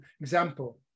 example